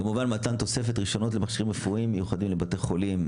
כמובן מתן תופסת רישיונות למכשירים רפואיים מיוחדים לבתי חולים.